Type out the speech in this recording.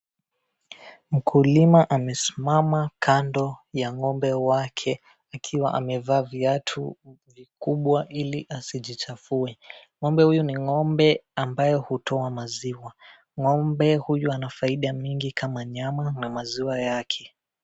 Mkulima amesimama kando ya ngombe wake akiwa amevaa viatu vikubwa ili asijichafue. Ngombe huyu ni ngombe ambaye hutoa maziwa . Ngombe huyu ana faida nyingi kama nyama na maziwa yake.